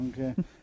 Okay